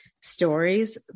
stories